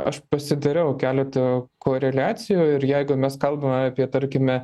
aš pasidariau keletą koreliacijų ir jeigu mes kalbame apie tarkime